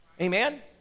Amen